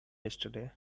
yesterday